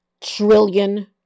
trillion